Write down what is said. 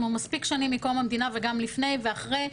אנחנו מספיק שנים מקום המדינה וגם לפני ואחרי,